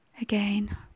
again